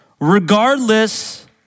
Regardless